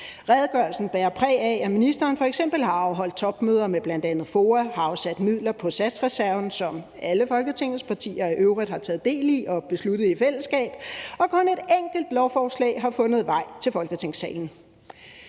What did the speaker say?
Redegørelsen bærer præg af, at ministeren f.eks. har afholdt topmøder med bl.a. FOA og har afsat midler på satsreserven, hvilket alle Folketingets partier i øvrigt har taget del i og besluttet i fællesskab, og kun et enkelt lovforslag har fundet vej til Folketingssalen.